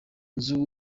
nzu